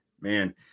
Man